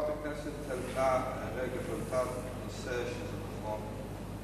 חברת הכנסת רגב העלתה נושא שהוא נכון,